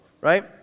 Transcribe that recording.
right